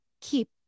keep